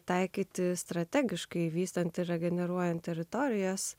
taikyti strategiškai vystant ir regeneruojant teritorijas